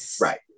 right